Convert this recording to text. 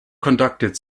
conducted